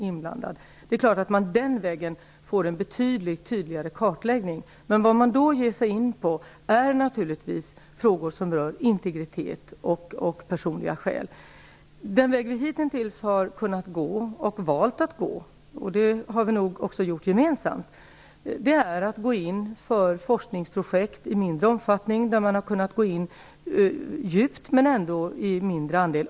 På den vägen kan man få en betydligt klarare kartläggning, men man kommer då in på frågor som rör integritet och personliga omständigheter. Den väg som vi hitintills har kunnat gå och valt att gå - och det valet har vi nog också gjort gemensamt - har bestått av mindre omfattande forskningsprojekt. Man har då kunnat gå in djupt men ändå i mindre omfattning.